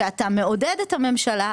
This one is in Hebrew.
שאתה מעודד את הממשלה.